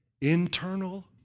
internal